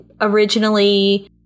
originally